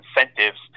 incentives